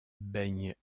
baigne